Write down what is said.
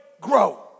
grow